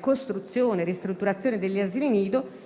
costruzione e ristrutturazione degli asili nido,